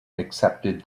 accepted